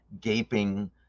gaping